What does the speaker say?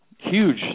huge